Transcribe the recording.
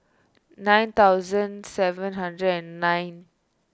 nine thousand seven hundred and nine